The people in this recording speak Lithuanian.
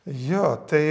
jo tai